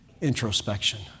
introspection